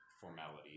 formality